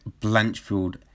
Blanchfield